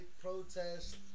protests